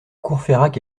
courfeyrac